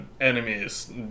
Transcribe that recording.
enemies